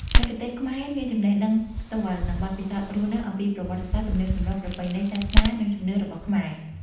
មគ្គុទ្ទេសក៍ខ្មែរមាន ចំណេះដឹងផ្ទាល់ និងបទពិសោធន៍រស់នៅ អំពីប្រវត្តិសាស្ត្រ ទំនៀមទម្លាប់ ប្រពៃណី សាសនា និងជំនឿរបស់ខ្មែរ។